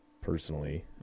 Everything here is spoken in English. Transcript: personally